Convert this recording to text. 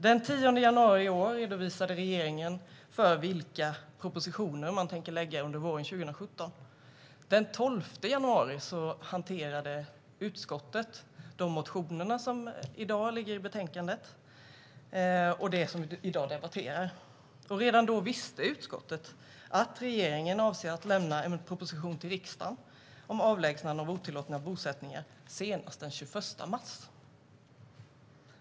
Den 10 januari i år redovisade regeringen vilka propositioner den tänker lägga fram under våren 2017. Den 12 januari hanterade utskottet de motioner som i dag behandlas i betänkandet och det som vi i dag debatterar. Redan då visste utskottet att regeringen avser att lämna en proposition till riksdagen om avlägsnande av otillåtna bosättningar senast den 21 mars.